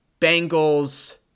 Bengals